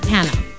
Hannah